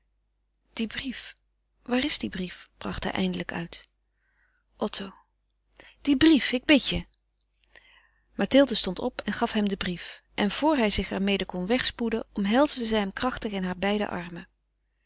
die brief waar is die brief bracht hij eindelijk uit otto die brief ik bid je mathilde stond op en gaf hem den brief en vor hij zich er mede kon wegspoeden omhelsde zij hem krachtig in hare beide armen